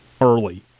early